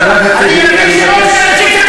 חבר הכנסת שטבון, אני מבקש, נא לשמור על הסדר.